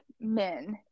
men